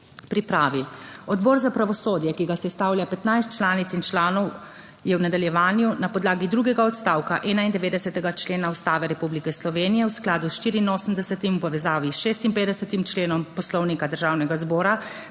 pripravi. Odbor za pravosodje, ki ga sestavlja 15 članic in članov, je v nadaljevanju na podlagi drugega odstavka 91. člena Ustave Republike Slovenije v skladu s 84. v povezavi s 56. členom Poslovnika Državnega zbora